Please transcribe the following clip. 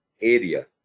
area